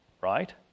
right